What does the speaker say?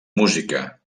música